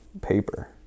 paper